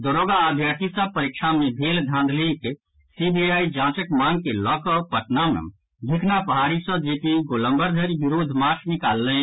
दारोगा अभ्यर्थी सभ परीक्षा मे भेल धांधलीक सीबीआई जांचक मांग के लऽ कऽ पटना मे भिखना पहाड़ी सँ जेपी गोलम्बर धरि विरोध मार्च निकाललनि